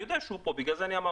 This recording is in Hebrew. אני יודע שהוא פה, בגלל זה אמרתי.